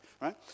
right